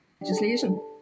legislation